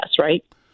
right